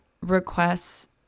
requests